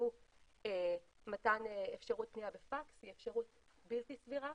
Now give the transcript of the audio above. יחייבו מתן שירות פניה בפקס היא אפשרות בלתי סבירה